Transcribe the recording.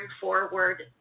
forward